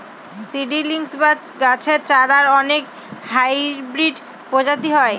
seedlings বা গাছের চারার অনেক হাইব্রিড প্রজাতি হয়